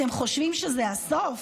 אתם חושבים שזה הסוף?